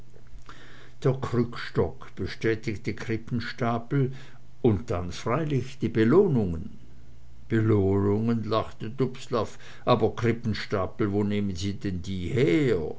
der krückstock bestätigte krippenstapel und dann freilich die belohnungen belohnungen lachte dubslav aber krippenstapel wo nehmen sie denn die her